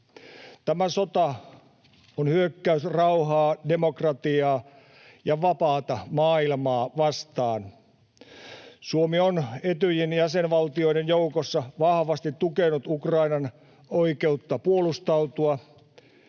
Tämä sota on hyökkäys rauhaa, demokratiaa ja vapaata maailmaa vastaan. Suomi on Etyjin jäsenvaltioiden joukossa vahvasti tukenut Ukrainan oikeutta puolustautua.